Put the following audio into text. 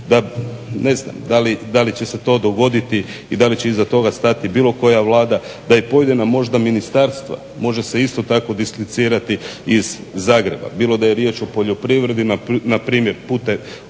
ne znam da li će se to dogoditi i da li će iza toga stati bilo koja Vlada, da i pojedina možda ministarstva, može se isto tako … iz Zagreba, bilo da je riječ o poljoprivredi npr. put